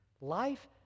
Life